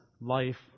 life